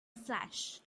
flash